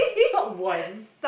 not one